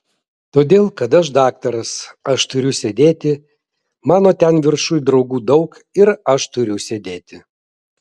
todėl kad aš daktaras aš turiu sėdėti mano ten viršuj draugų daug ir aš turiu sėdėti